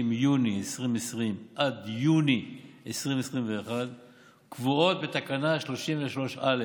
יוני 2020 עד יוני 2021 קבועות בתקנה 33א